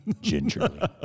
gingerly